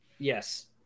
Yes